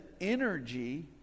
energy